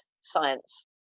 science